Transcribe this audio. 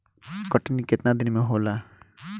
कटनी केतना दिन मे होला?